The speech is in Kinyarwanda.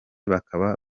bakaba